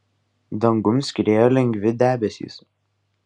dangum skriejo lengvi debesys